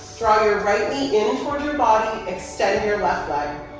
draw your right knee in in towards your body. extend your left leg.